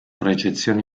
recensioni